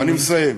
אני מסיים.